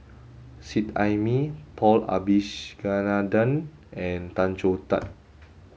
Seet Ai Mee Paul Abisheganaden and Tan Choh Tee